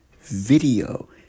video